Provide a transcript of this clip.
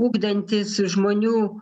ugdantis žmonių